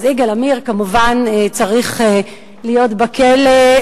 אז יגאל עמיר כמובן צריך להיות בכלא,